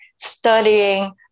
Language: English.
studying